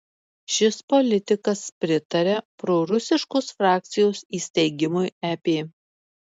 šis politikas pritaria prorusiškos frakcijos įsteigimui ep